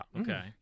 Okay